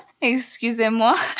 excusez-moi